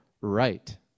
Right